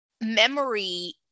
memory